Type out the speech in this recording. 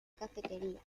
cafetería